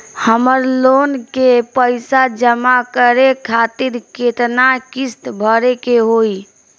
हमर लोन के पइसा जमा करे खातिर केतना किस्त भरे के होई?